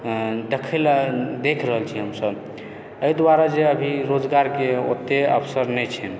देखै लए देख रहल छी हम सभ एहि दुआरे जे अभी रोजगारके ओत्ते अवसर नहि छै